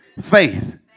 faith